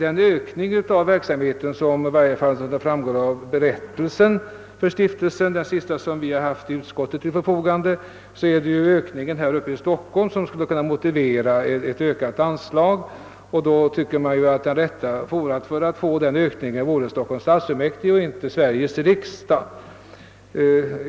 Enligt stiftelsens berättelse, som utskottet haft till sitt förfogande, är det ökningen av verksamheten här uppe i Stockholm som skulle kunna motivera ett höjt anslag. Man tycker då att rätt forum för en sådan ökning vore Stockholms stadsfullmäktige och inte Sveriges riksdag.